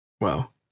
Wow